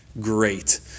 great